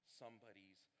somebody's